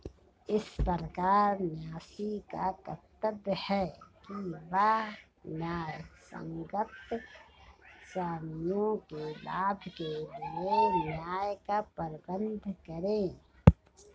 इस प्रकार न्यासी का कर्तव्य है कि वह न्यायसंगत स्वामियों के लाभ के लिए न्यास का प्रबंधन करे